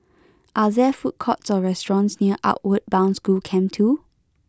are there food courts or restaurants near Outward Bound School Camp two